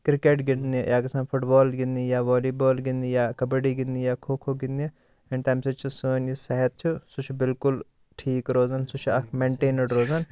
cricket گِنٛدنہِ یا گَژھان فُٹ بال گِنٛدنہِ یا والی بال گِنٛدنہِ یا کبڈی گِنٛدنہِ یا کھو کھو گِنٛدنہِ اینٛڈ تَمہِ سۭتۍ چھ سٲنۍ یہِ صحَت چھُ سُہ چھُ بِلکُل ٹھیٖک روزان سُہ چھِ اَکھ مینٹینٕڈ روزان